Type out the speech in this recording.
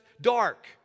dark